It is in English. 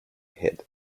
head